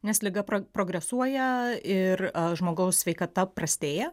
nes liga progresuoja ir žmogaus sveikata prastėja